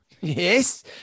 yes